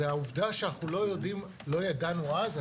זו העובדה שאנחנו לא ידענו אז,